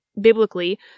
biblically